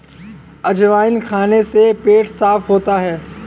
अजवाइन खाने से पेट साफ़ होता है